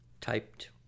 typed